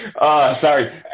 sorry